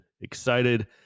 excited